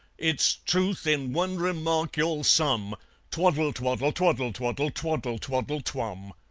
its truth in one remark you'll sum twaddle twaddle twaddle twaddle twaddle twaddle twum!